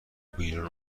بیرون